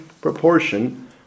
proportion